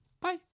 Bye